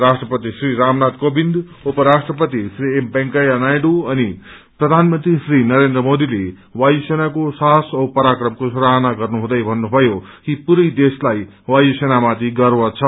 राष्ट्रपति श्री रामनाथ कोविन्द उप राष्ट्रपति श्री एम वेकैया नायडू अनि प्रधानमंत्री श्री नरेन्द्र मोदीले वायु सेनाको साहस औ पराक्रमको सराहना गर्नुहुँदै भन्नुभयो कि पूरै देशलाई वायु सेनामाथि गर्व छ